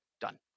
done